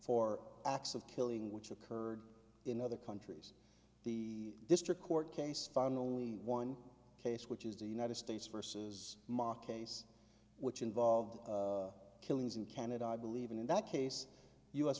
for acts of killing which occurred in other countries the district court case found only one case which is the united states versus ma case which involved killings in canada i believe and in that case u